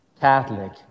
Catholic